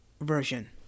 Version